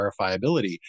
verifiability